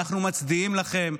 אנחנו מצדיעים לכם,